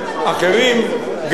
גם לגבי ואדי-אל-נעם